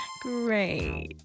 Great